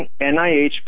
NIH